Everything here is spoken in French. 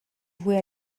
vouée